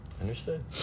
Understood